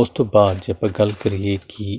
ਉਸ ਤੋਂ ਬਾਅਦ ਜੇ ਆਪਾਂ ਗੱਲ ਕਰੀਏ ਕਿ